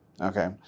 Okay